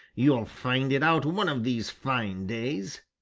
you'll find it out one of these fine days!